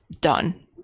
done